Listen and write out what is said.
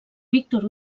víctor